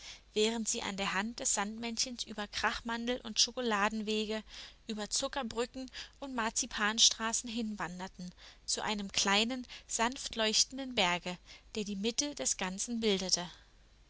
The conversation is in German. während sie an der hand des sandmännchens über krachmandel und schokoladenwege über zuckerbrücken und marzipanstraßen hinwanderten zu einem kleinen sanftleuchtenden berge der die mitte des ganzen bildete